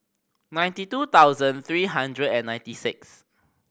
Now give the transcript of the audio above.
ninety two thousand three hundred and ninety six